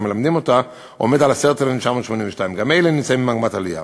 מלמדים אותה הוא 10,982. גם אלו נמצאים במגמת עלייה.